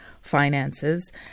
finances